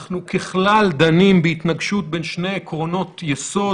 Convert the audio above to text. ככלל, אנחנו דנים בהתנגשות בין שני עקרונות יסוד.